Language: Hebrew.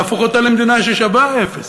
להפוך אותה למדינה ששווה אפס,